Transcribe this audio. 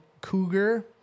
cougar